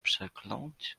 przekląć